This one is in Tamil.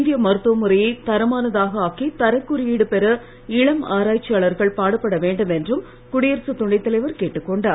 இந்திய மருத்துவமுறையை தரமானதாக ஆக்கி தரக் குறியீடு பெற இளம் ஆராய்ச்சியாளர்கள் பாடுபட வேண்டும் என்றும் குடியரசுத் துணைத்தலைவர் கேட்டுக்கொண்டார்